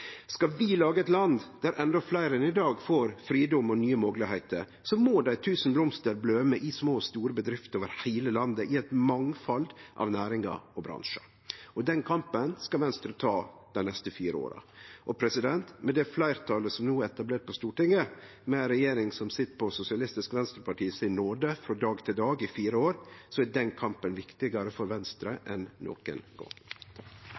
Skal vi lage eit land der endå fleire enn i dag får fridom og nye moglegheiter, må dei tusen blomstrane bløme i små og store bedrifter over heile landet i eit mangfald av næringar og bransjar. Den kampen skal Venstre ta dei neste fire åra. Med det fleirtalet som no er etablert på Stortinget, med ei regjering som sit på Sosialistisk Venstrepartis nåde frå dag til dag i fire år, er den kampen viktigare for Venstre enn nokon gong.